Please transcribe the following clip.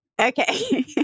okay